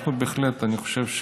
אנחנו בהחלט, אני חושב,